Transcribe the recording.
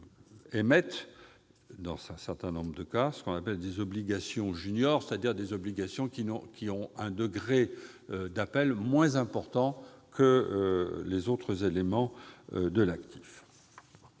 émettent, dans un certain nombre de cas, ce qu'on appelle des « obligations juniors », c'est-à-dire dont le degré d'appel est moins important que les autres éléments de l'actif.